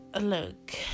look